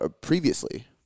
previously